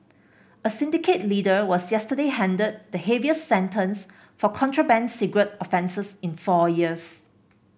a syndicate leader was yesterday handed the heaviest sentence for contraband cigarette offences in four years